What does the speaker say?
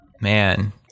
man